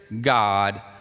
God